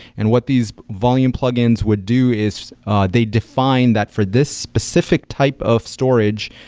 and what these volume plugins would do is they define that for this specific type of storage,